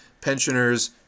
pensioners